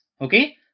okay